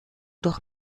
durch